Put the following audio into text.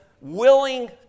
willing